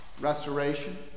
restoration